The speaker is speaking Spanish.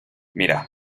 mira